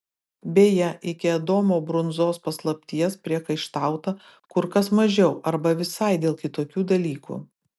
beje iki adomo brunzos paslapties priekaištauta kur kas mažiau arba visai dėl kitokių dalykų